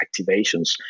activations